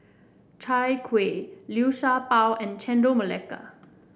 Chai Kueh Liu Sha Bao and Chendol Melaka